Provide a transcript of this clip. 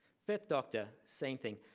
fifth doctor, same thing.